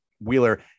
Wheeler